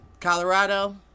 Colorado